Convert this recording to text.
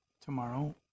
tomorrow